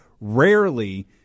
Rarely